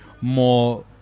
more